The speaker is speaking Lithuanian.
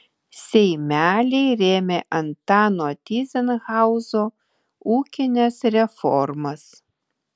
seimeliai rėmė antano tyzenhauzo ūkines reformas